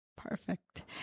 Perfect